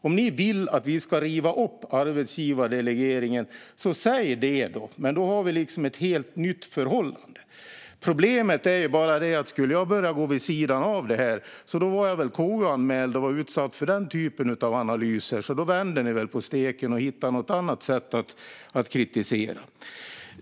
Om ni vill att vi ska riva upp arbetsgivardelegeringen, säg det då! Men då har vi liksom ett helt nytt förhållande. Problemet är bara att jag väl skulle bli KU-anmäld och utsatt för den typen av analyser om jag började gå vid sidan av detta. Då skulle ni väl vända på steken och hitta något annat sätt att kritisera.